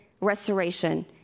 restoration